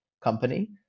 company